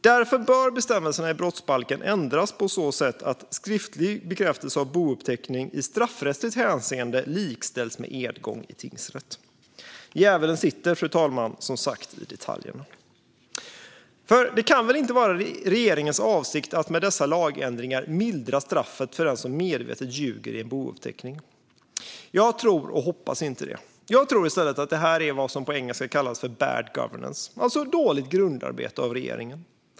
Därför bör bestämmelserna i brottsbalken ändras på så sätt att skriftlig bekräftelse av bouppteckning i straffrättsligt hänseende likställs med edgång i tingsrätt. Djävulen sitter som sagt i detaljerna. För det kan väl inte vara regeringens avsikt att med dessa lagändringar mildra straffet för den som medvetet ljuger i en bouppteckning. Jag tror och hoppas inte det. Jag tror att det i stället handlar om det som på engelska kallas bad governance, alltså dåligt grundarbete av regeringen.